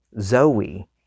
Zoe